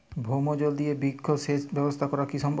ভৌমজল দিয়ে বৃহৎ সেচ ব্যবস্থা করা কি সম্ভব?